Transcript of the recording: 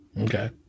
Okay